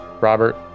Robert